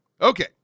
Okay